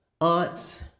aunts